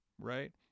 right